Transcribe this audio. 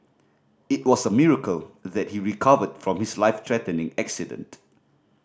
it was a miracle that he recovered from his life threatening accident